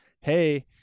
hey